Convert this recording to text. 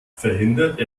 verhindert